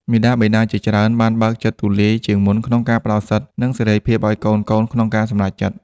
មាតាបិតាជាច្រើនបានបើកចិត្តទូលាយជាងមុនក្នុងការផ្ដល់សិទ្ធិ និងសេរីភាពឱ្យកូនៗក្នុងការសម្រេចចិត្ត។